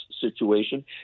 situation